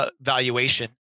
valuation